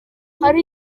hari